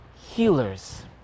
Healers